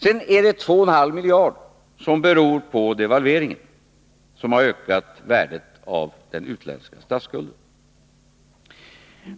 Sedan är det 2,5 miljarder som beror på devalveringen, vilket har ökat värdet av den utländska statsskulden.